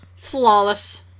Flawless